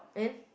and